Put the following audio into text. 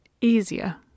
easier